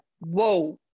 Whoa